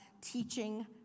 teaching